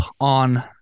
on